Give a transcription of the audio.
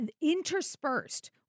interspersed